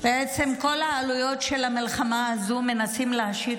בעצם את כל העלויות של המלחמה הזו מנסים להשית